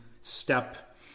step